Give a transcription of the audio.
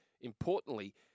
importantly